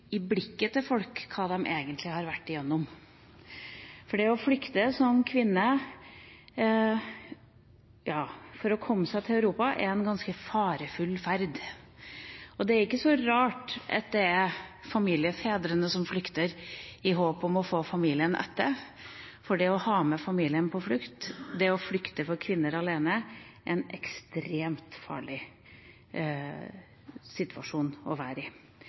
i blikket til folk om hva de egentlig har vært gjennom. Det å flykte som kvinne for å komme seg til Europa er en ganske farefull ferd. Det er ikke så rart at det er familiefedrene som flykter i håp om å få familien etter, for det å ha med familien på flukt og det å flykte for kvinner alene er en ekstremt farlig situasjon å være i.